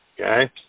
Okay